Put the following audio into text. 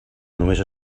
només